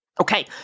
Okay